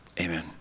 Amen